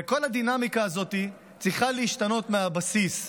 וכל הדינמיקה הזאת צריכה להשתנות מהבסיס.